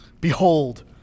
Behold